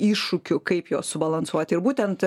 iššūkių kaip juos subalansuoti ir būtent